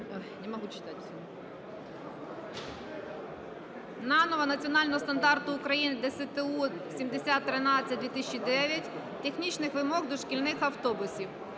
наново Національного стандарту України ДСТУ 7013:2009 технічних вимог до шкільних автобусів.